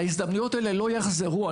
ההזדמנויות האלה לא יחזרו.